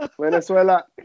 Venezuela